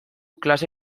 klase